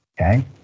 okay